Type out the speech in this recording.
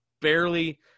barely